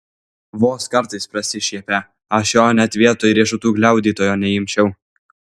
vos kartais prasišiepia aš jo net vietoj riešutų gliaudytojo neimčiau